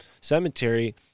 cemetery